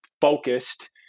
focused